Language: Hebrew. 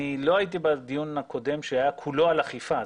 לא הייתי בדיון הקודם שהיה כולו על אכיפה,